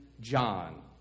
John